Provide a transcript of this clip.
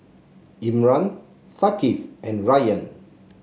Imran Thaqif and Rayyan